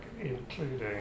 including